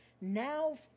now